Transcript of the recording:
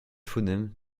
phonème